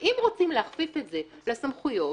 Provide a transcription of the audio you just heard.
אם רוצים להכפיף את זה לסמכויות,